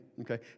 Okay